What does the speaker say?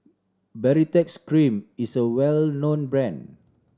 Baritex Cream is a well known brand